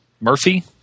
Murphy